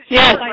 yes